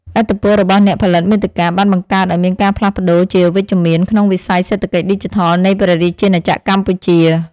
ឥទ្ធិពលរបស់អ្នកផលិតមាតិកាបានបង្កើតឱ្យមានការផ្លាស់ប្តូរជាវិជ្ជមានក្នុងវិស័យសេដ្ឋកិច្ចឌីជីថលនៃព្រះរាជាណាចក្រកម្ពុជា។